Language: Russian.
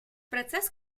процесс